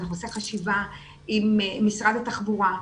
אנחנו נעשה חשיבה עם משרד התחבורה.